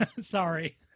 Sorry